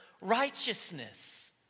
righteousness